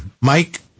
Mike